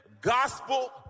gospel